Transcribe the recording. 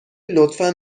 لطفا